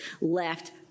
left